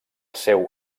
seu